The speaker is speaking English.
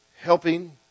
Helping